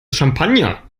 champagner